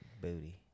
booty